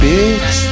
Bitch